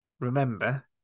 remember